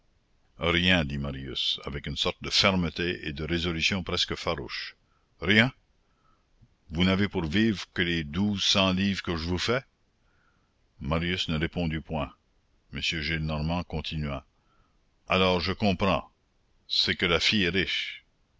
rien dit marius avec une sorte de fermeté et de résolution presque farouche rien vous n'avez pour vivre que les douze cents livres que je vous fais marius ne répondit point m gillenormand continua alors je comprends c'est que la fille est riche